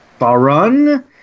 Farun